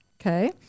okay